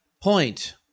point